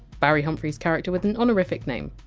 barry humphries character with an honorific name.